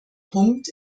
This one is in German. punkt